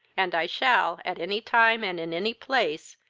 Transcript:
and i shall, at any time and in any place,